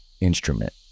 instrument